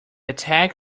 attack